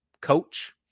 coach